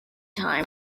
time